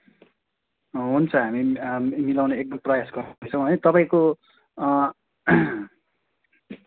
हुन्छ हामी मिलाउने एकदम प्रयास गर्छौँ है तपाईँको